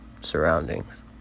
surroundings